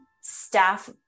staff